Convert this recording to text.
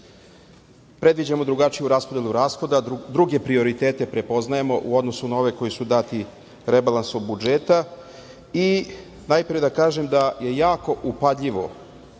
Predviđamo drugačiju raspodelu rashoda druge prioritete prepoznajemo u odnosu na ove koji su dati rebalansu budžeta i najpre da kažem da je jako upadljivo